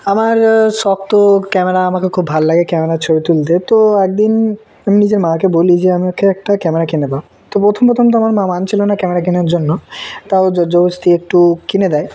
আমার শখ তো ক্যামেরা আমাকে খুব ভালো লাগে ক্যামেরার ছবি তুলতে তো একদিন আমি নিজের মাকে বলি যে আমাকে একটা ক্যামেরা কিনে দাও তো প্রথম প্রথম তো আমার মা মানছিল না ক্যামেরা কেনার জন্য তাও জোর জবরদস্তি একটু কিনে দেয়